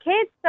kids